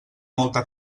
molta